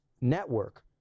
network